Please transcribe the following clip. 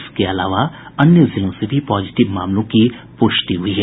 इसके अलावा अन्य जिलों से भी पॉजिटिव मामलों की पुष्टि हुई है